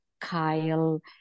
Kyle